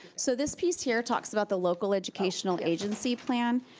so this piece here talks about the local educational agency plan.